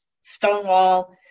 Stonewall